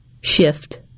Shift